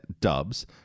dubs